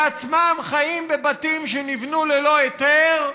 בעצמם חיים בבתים שנבנו ללא היתר,